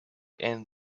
and